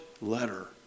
letter